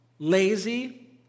lazy